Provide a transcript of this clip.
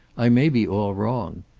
i may be all wrong.